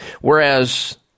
Whereas